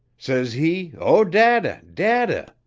says he, o dadda, dadda,